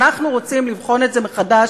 אנחנו רוצים לבחון את זה מחדש,